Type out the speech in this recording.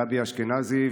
גבי אשכנזי,